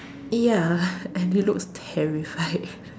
ya and he looks terrified